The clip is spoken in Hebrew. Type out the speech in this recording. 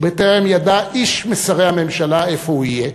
ובטרם ידע איש משרי הממשלה איפה הוא יהיה,